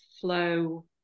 flow